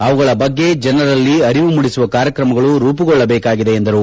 ಅವುಗಳ ಬಗ್ಗೆ ಜನರಲ್ಲಿ ಅರಿವು ಮೂದಿಸುವ ಕಾರ್ಯಕ್ರಮಗಳು ರೂಪಗೊಳ್ಳಬೇಕಾಗಿದೆ ಎಂದರು